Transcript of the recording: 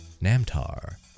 Namtar